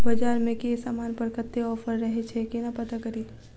बजार मे केँ समान पर कत्ते ऑफर रहय छै केना पत्ता कड़ी?